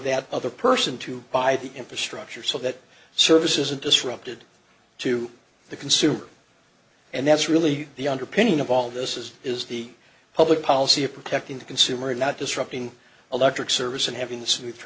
that other person to buy the infrastructure so that service isn't disrupted to the consumer and that's really the underpinning of all this is is the public policy of protecting the consumer not disrupting electric service and having the